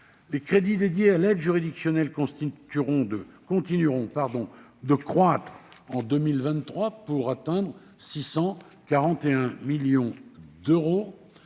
Les crédits dédiés à l'aide juridictionnelle continueront de croître en 2023, pour atteindre 641 millions d'euros,